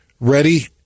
ready